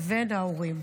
לבין ההורים.